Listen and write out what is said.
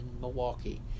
Milwaukee